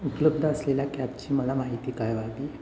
उपलब्ध असलेल्या कॅबची मला माहिती कळवावी